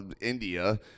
India